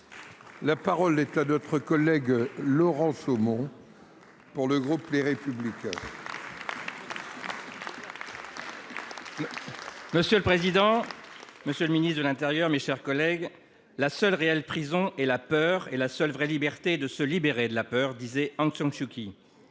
La parole est à notre collègue Laurent Saumont pour le groupe Les Républicains. Monsieur le Président, monsieur le Ministre de l'Intérieur, mes chers collègues, la seule réelle prison est la peur et la seule vraie liberté de se libérer de la peur, disait Aung San Suu Kyi.